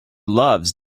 loves